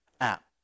app